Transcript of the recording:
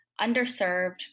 underserved